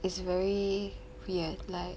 is very weird like